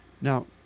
Now